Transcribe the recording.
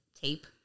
tape